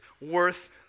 worth